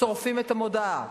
שורפים את המודעה,